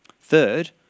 Third